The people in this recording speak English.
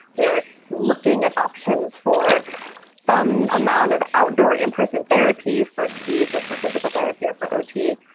we are looking at options for some amount of outdoor in-person therapy for speech or for physical therapy or for o t.